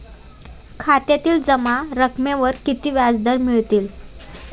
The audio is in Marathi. खात्यातील जमा रकमेवर किती व्याजदर मिळेल?